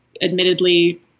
admittedly